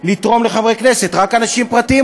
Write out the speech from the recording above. חברי הכנסת והשרים.